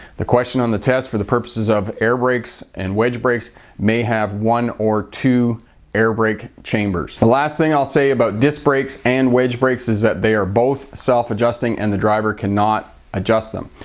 the question on the test for the purposes of air brakes and wedge brakes it may have one or two air brake chambers. the last thing i'll say about disc brakes and wedge brakes is that they are both self-adjusting and the driver cannot adjust them.